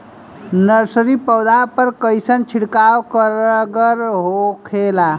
Nursery पौधा पर कइसन छिड़काव कारगर होखेला?